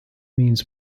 means